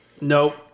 nope